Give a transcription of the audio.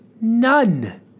None